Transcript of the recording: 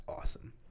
awesome